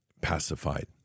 pacified